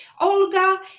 Olga